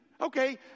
Okay